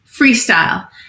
freestyle